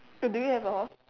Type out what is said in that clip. do you have a horse